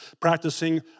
practicing